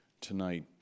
tonight